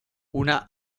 una